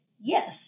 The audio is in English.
Yes